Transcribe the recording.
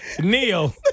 Neil